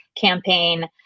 campaign